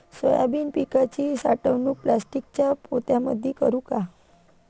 Soybean पिकाची साठवणूक प्लास्टिकच्या पोत्यामंदी करू का?